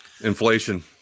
inflation